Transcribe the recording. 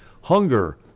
Hunger